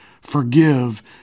Forgive